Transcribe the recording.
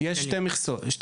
יש שתי מכסות.